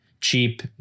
cheap